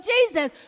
Jesus